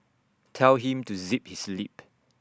tell him to zip his lip